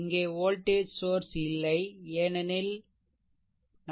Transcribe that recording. இங்கே voltage source இல்லை ஏனெனில் வேண்டும்